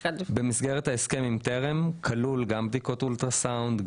במסגרת ההסכם עם טרם כלולות גם בדיקות אולטרסאונד,